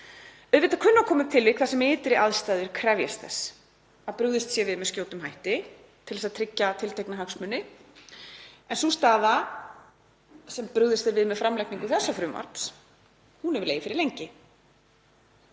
Auðvitað kunna að koma upp tilvik þar sem ytri aðstæður krefjast þess að brugðist sé við með skjótum hætti til að tryggja tiltekna hagsmuni en sú staða sem brugðist er við með framlagningu þessa frumvarps hefur legið fyrir lengi.